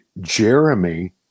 Jeremy